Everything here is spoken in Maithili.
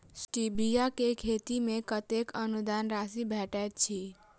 स्टीबिया केँ खेती मे कतेक अनुदान राशि भेटैत अछि?